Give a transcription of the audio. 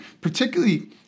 particularly